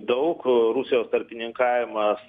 daug rusijos tarpininkavimas